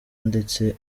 ndetse